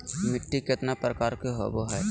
मिट्टी केतना प्रकार के होबो हाय?